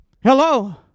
Hello